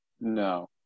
No